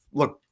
look